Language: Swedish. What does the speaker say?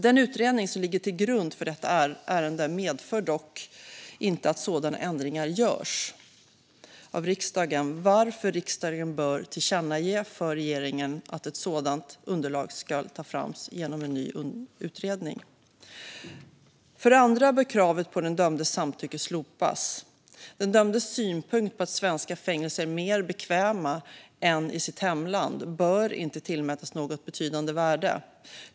Den utredning som ligger till grund för detta ärende medger dock inte att sådana ändringar görs av riksdagen; varför riksdagen bör tillkännage för regeringen att ett sådant underlag ska tas fram med hjälp av en ny utredning. För det andra bör kravet på den dömdes samtycke slopas. Den dömdes synpunkt på att svenska fängelser är mer bekväma än fängelserna i hemlandet bör inte tillmätas något betydande värde.